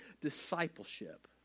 discipleship